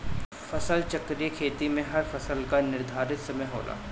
फसल चक्रीय खेती में हर फसल कअ निर्धारित समय होला